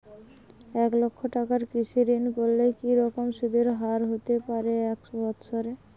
এক লক্ষ টাকার কৃষি ঋণ করলে কি রকম সুদের হারহতে পারে এক বৎসরে?